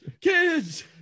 kids